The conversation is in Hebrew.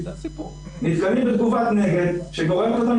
אנחנו נתקלים בתגובת נגד שגורמת לנו